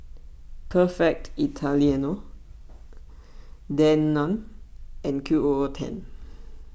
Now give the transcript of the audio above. Perfect Italiano Danone and Q O O ten